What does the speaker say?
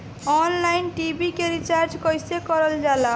Online TV के recharge कईसे करल जाला?